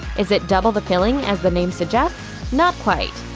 is it double the filling, as the name suggests? not quite.